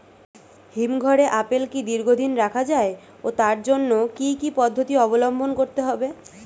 হিমঘরে আপেল কি দীর্ঘদিন রাখা যায় ও তার জন্য কি কি পদ্ধতি অবলম্বন করতে হবে?